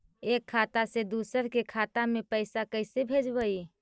एक खाता से दुसर के खाता में पैसा कैसे भेजबइ?